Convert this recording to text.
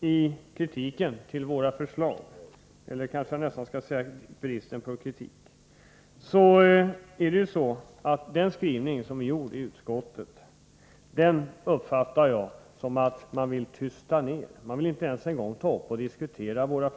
i kritiken mot våra förslag — jag borde kanske säga bristen på kritik — uppfattar jag utskottets skrivning så, att utskottet vill tysta ner våra förslag. Man vill inte ens ta upp och diskutera dem.